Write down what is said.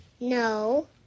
No